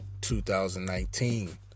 2019